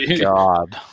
God